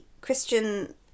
Christian